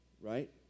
Right